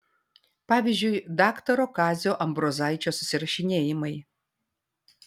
pavyzdžiui daktaro kazio ambrozaičio susirašinėjimai